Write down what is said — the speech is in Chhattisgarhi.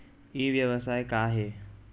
ई व्यवसाय का हे?